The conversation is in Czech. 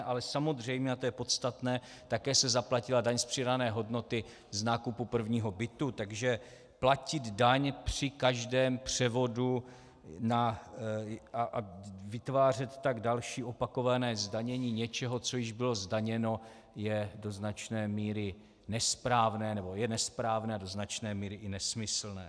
Ale samozřejmě, a to je podstatné, také se zaplatila daň z přidané hodnoty z nákupu prvního bytu, takže platit daň při každém převodu a vytvářet tak další opakované zdanění něčeho, co již bylo zdaněno, je do značné míry nesprávné, nebo je nesprávné a do značné míry i nesmyslné.